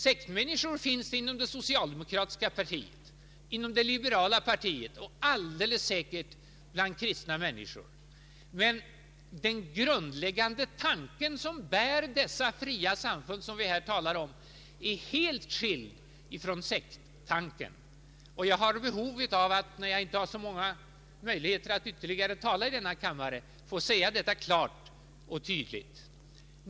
Sektmänniskor finns inom det socialdemokratiska partiet, inom det liberala partiet och alldeles säkert bland kristna människor. Men den grundläggande tanken som bär de fria samfund vi här talar om är helt skild från sekttanken. När jag inte har så många möjligheter ytterligare att tala i denna kammare, har jag behov av att nu få säga detta klart och tydligt.